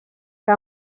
que